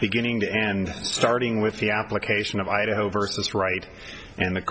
beginning to end starting with the application of idaho versus right and the